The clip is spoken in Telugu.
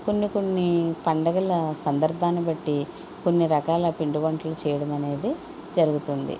కొన్ని కొన్ని పండుగల సందర్భాన్ని బట్టి కొన్ని రకాల పిండి వంటలు చేయడం అనేది జరుగుతుంది